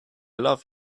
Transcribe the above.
love